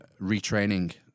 retraining